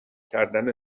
کردن